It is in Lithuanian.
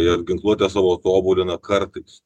jie ir ginkluotę savo tobulina kartais